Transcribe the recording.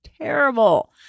terrible